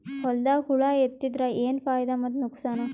ಹೊಲದಾಗ ಹುಳ ಎತ್ತಿದರ ಏನ್ ಫಾಯಿದಾ ಮತ್ತು ನುಕಸಾನ?